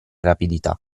rapidità